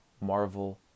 Marvel